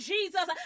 Jesus